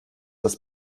das